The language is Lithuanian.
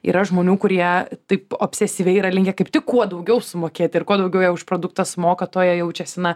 yra žmonių kurie taip obsesyviai yra linkę kaip tik kuo daugiau sumokėti ir kuo daugiau jie už produktą sumoka tuo jie jaučiasi na